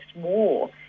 more